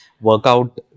workout